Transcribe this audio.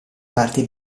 parti